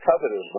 covetousness